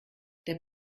der